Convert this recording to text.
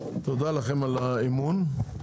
לכם על האמון.